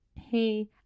Hey